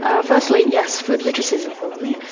ah firstly, yes, food literacy is important,